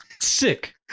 Sick